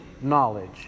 knowledge